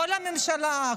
כל הממשלה,